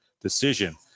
decision